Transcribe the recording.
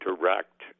direct